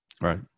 Right